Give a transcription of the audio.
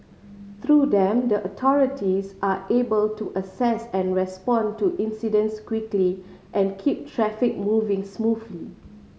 through them the authorities are able to assess and respond to incidents quickly and keep traffic moving smoothly